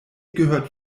gehört